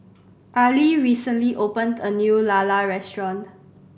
Arlie recently opened a new lala restaurant